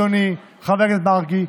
אדוני חבר הכנסת מרגי,